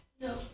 No